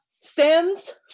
stands